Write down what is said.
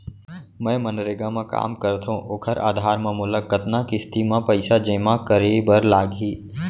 मैं मनरेगा म काम करथो, ओखर आधार म मोला कतना किस्ती म पइसा जेमा करे बर लागही?